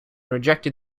rejected